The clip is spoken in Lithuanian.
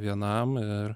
vienam ir